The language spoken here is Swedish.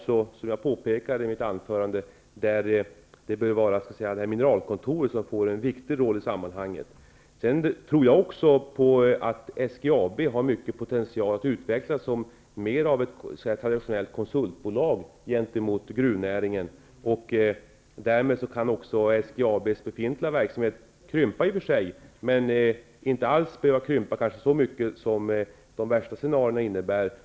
Som jag påpekade i mitt anförande bör mineralkontoret få en viktig roll i sammanhanget. Jag tror också att SGAB har stor potential att utvecklas som mera av ett traditionellt konsultbolag gentemot gruvnäringen. Därmed kan också SGAB:s befintliga verksamhet i och för sig krympa, men den kanske inte behöver krympa så mycket som de värsta scenarierna innebär.